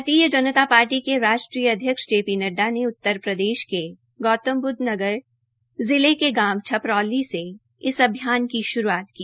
भारतीय जनता पार्टी के राष्ट्रीय अध्यक्ष जे पी नड्डा ने उत्तर प्रदेश के गौतम ब्द्व नगर जिले के गांव छपरौली से इस अभियान की श्रूआत की